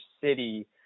City